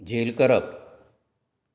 झेल करप